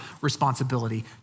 responsibility